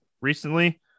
recently